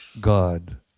God